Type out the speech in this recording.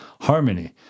harmony